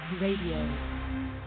Radio